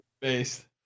based